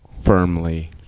firmly